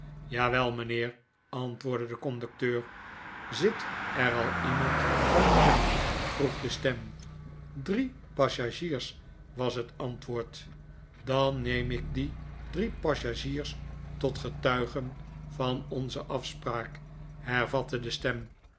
jawel mijnheer antwoordde de conducteur zit er al iemand daar binnen vroeg de stem x rie passagiers was het antwoord dan neem ik die drie passagiers tot getuigen van onze afspraak hervatte de stem